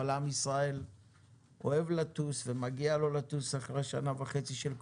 אבל עם ישראל אוהב לטוס ומגיע לו לטוס אחרי שנה וחצי של קורונה,